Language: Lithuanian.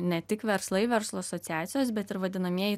ne tik verslai verslo asociacijos bet ir vadinamieji